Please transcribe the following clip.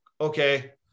okay